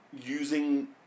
using